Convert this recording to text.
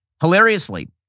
hilariously